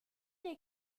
les